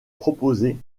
proposé